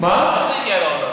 איך זה הגיע לעולם?